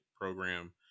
program